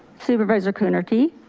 supervisor coonerty.